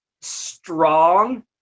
strong